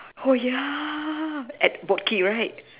oh ya at boat quay right